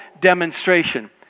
demonstration